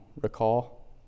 recall